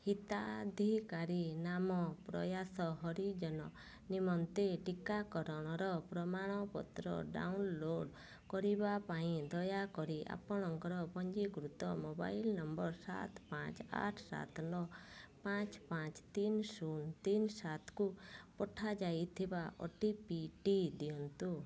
ହିତାଧିକାରୀ ନାମ ପ୍ରୟାସ ହରିଜନ ନିମନ୍ତେ ଟିକାକରଣର ପ୍ରମାଣପତ୍ର ଡାଉନଲୋଡ଼୍ କରିବା ପାଇଁ ଦୟାକରି ଆପଣଙ୍କର ପଞ୍ଜୀକୃତ ମୋବାଇଲ୍ ନମ୍ବର ସାତ ପାଞ୍ଚ ଆଠ ସାତ ନଅ ପାଞ୍ଚ ପାଞ୍ଚ ତିନି ଶୂନ ତିନି ସାତକୁ ପଠାଯାଇଥିବା ଓଟିପିଟି ଦିଅନ୍ତୁ